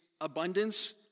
abundance